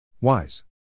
Wise